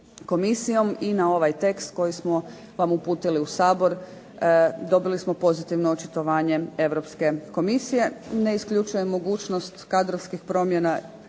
komisijom i na ovaj tekst koji smo vam uputili u Sabor dobili smo pozitivno očitovanje Europske komisije ne isključuje mogućnost kadrovskih promjena